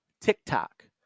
TikTok